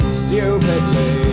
stupidly